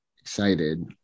excited